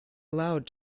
allowed